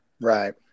Right